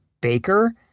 Baker